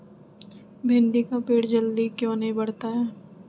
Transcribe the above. भिंडी का पेड़ जल्दी क्यों नहीं बढ़ता हैं?